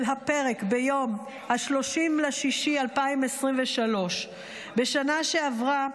הפרק ביום 30 ביוני 2023. בשנה שעברה,